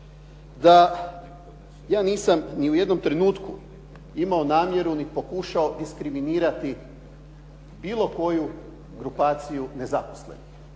da ja nisam ni u jednom trenutku imao namjeru ni pokušao diskriminirati bilo koju grupaciju nezaposlenih.